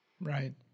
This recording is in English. Right